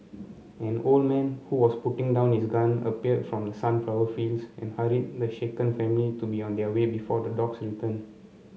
an old man who was putting down his gun appeared from the sunflower fields and hurried the shaken family to be on their way before the dogs return